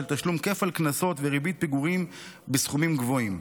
תשלום כפל קנסות וריבית פיגורים בסכומים גבוהים.